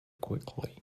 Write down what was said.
quickly